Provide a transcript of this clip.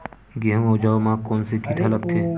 गेहूं अउ जौ मा कोन से कीट हा लगथे?